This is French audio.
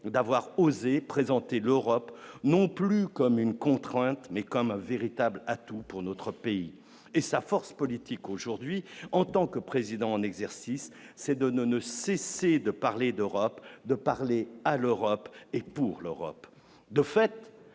d'avoir osé présenter l'Europe non plus comme une contrainte, mais comme un véritable atout pour notre pays et sa force politique aujourd'hui en tant que président en exercice, c'est de ne cesser de parler d'Europe, de parler à l'Europe et pour l'Europe,